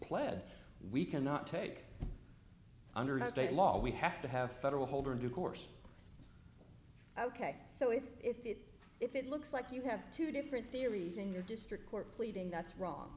pled we cannot take under state law we have to have federal holder in due course ok so if if it if it looks like you have two different theories in your district court pleading that's wrong